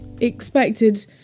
expected